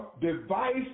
device